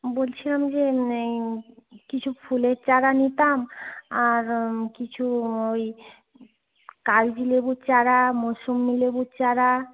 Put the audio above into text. বলছিলাম যে কিছু ফুলের চারা নিতাম আর কিছু ওই কাগজি লেবুর চারা মোসম্বি লেবুর চারা